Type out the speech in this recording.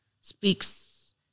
speaks